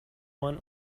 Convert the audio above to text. one